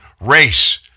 race